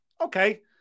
okay